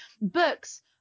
books